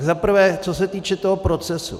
Za prvé, co se týče toho procesu.